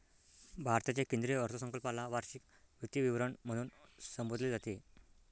भारताच्या केंद्रीय अर्थसंकल्पाला वार्षिक वित्तीय विवरण म्हणून संबोधले जाते